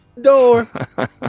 door